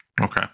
okay